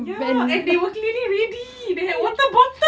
ya and they were clearly ready they had water bottle